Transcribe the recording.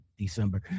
December